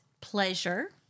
pleasure